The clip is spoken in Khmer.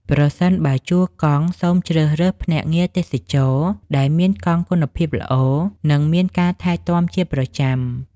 ប្រសិនបើជួលកង់ សូមជ្រើសរើសភ្នាក់ងារទេសចរណ៍ដែលមានកង់គុណភាពល្អ និងមានការថែទាំជាប្រចាំ។